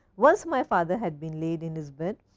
once my father had been laid in his bed,